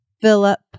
Philip